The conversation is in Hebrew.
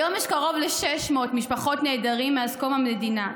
היום יש קרוב ל-600 משפחות נעדרים מאז קום המדינה.